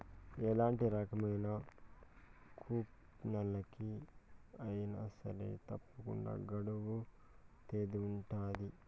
ఎలాంటి రకమైన కూపన్లకి అయినా సరే తప్పకుండా గడువు తేదీ ఉంటది